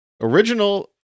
original